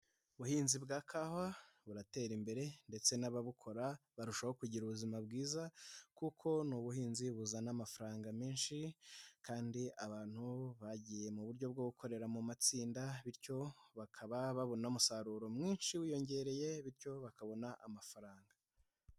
Ubuhinzi bwa kawa buratera imbere ndetse n'ababukora barushaho kugira ubuzima bwiza kuko ni ubuhinzi buzana amafaranga menshi kandi abantu bagiye mu buryo bwo gukorera mu matsinda bityo bakaba babona umusaruro mwinshi wiyongereye bityo bakabona amafaranga.